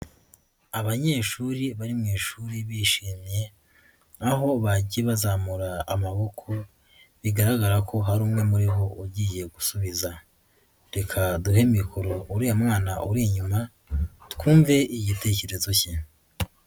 Abanyeshuri bari mushuri bishimye, aho bagiye bazamura amaboko bigaragara ko hari umwe muri bo ugiye gusubiza reka duhe mikoro uriya mwana uri inyuma, twumve igitekerezo cye.